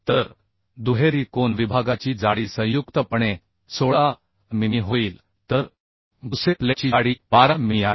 तर दुहेरी कोन विभागाची जाडी संयुक्तपणे 16 मिमी होईल तर गुसेट प्लेटची जाडी 12 मिमी आहे